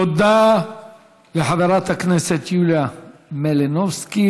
תודה לחברת הכנסת יוליה מלינובסקי.